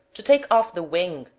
to take off the wing,